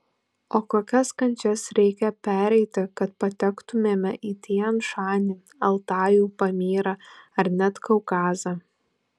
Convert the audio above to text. o kokias kančias reikia pereiti kad patektumėme į tian šanį altajų pamyrą ar net kaukazą